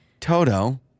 Toto